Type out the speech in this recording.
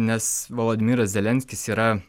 nes vladimiras zelenskis yra